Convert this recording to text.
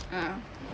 uh